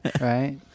right